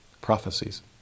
prophecies